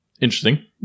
Interesting